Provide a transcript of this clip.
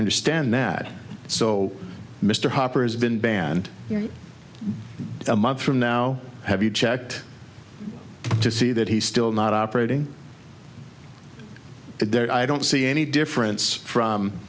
understand that so mr hopper has been banned a month from now have you checked to see that he's still not operating there i don't see any difference from